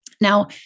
Now